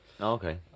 okay